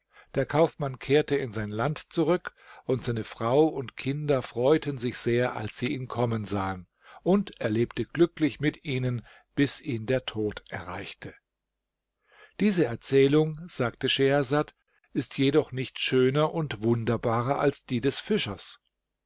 der kaufmann kehrte in sein land zurück und seine frau und kinder freuten sich sehr als sie ihn kommen sahen und er lebte glücklich mit ihnen bis ihn der tod erreichte diese erzählung sagte schehersad ist jedoch nicht schöner und wunderbarer als die des fischers